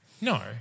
No